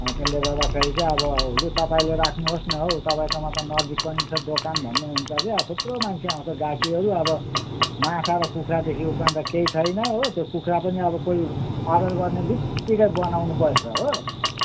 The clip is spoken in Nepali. अनि त्यसले गर्दाखेरि चाहिँ अब लु तपाईँले राख्नुहोस् न हौ तपाईँसँग त नजिक पनि छ दोकान भन्नुहुन्छ कि थुप्रो मान्छे आउँछ ग्राहकहरू अब माछा र कुखुरादेखि उप्रान्त केही छैन हो त्यो कुखुरा पनि अब कोही अर्डर गर्ने बित्तिकै बनाउँनु पर्छ हो